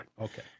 Okay